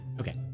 Okay